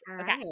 Okay